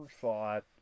thought